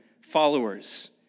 followers